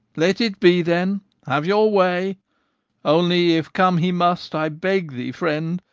let it be then have your way only if come he must, i beg thee, friend,